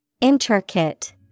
Intricate